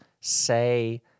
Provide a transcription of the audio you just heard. say